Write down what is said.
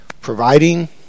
providing